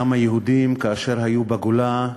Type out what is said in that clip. גם היהודים, כאשר היו בגולה,